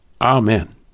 Amen